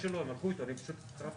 זה לא חלק מהסיכום אבל אני מוכן לפנות